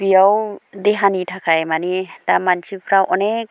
बियाव देहानि थाखाय मानि दा मानसिफ्रा अनेख